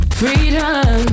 freedom